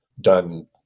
done